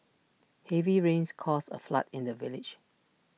heavy rains caused A flood in the village